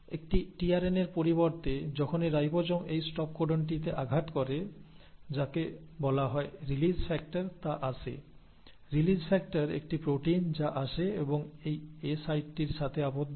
একটি টিআরএনএর পরিবর্তে যখনই রাইবোজোম এই স্টপ কোডনটিকে আঘাত করে যাকে বলা হয় রিলিজ ফ্যাক্টর "" তা আসে রিলিজ ফ্যাক্টর একটি প্রোটিন যা আসে এবং এই এ সাইটটির সাথে আবদ্ধ হয়